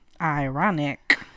ironic